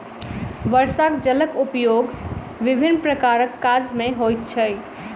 वर्षाक जलक उपयोग विभिन्न प्रकारक काज मे होइत छै